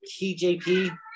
TJP